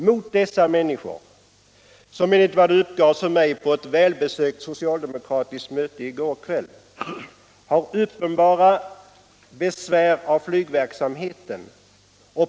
Många av dessa människor har, enligt vad som uppgavs för mig på eu välbesökt socialdemokratiskt möte i går kväll, uppenbara besvär av flygverksamheten.